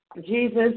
Jesus